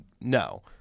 no